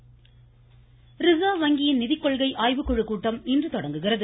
நிதிக்கொள்கை reserve வங்கியின் நிதிக்கொள்கை ஆய்வு குழுக்கூட்டம் இன்று தொடங்குகிறது